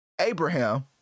abraham